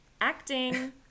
acting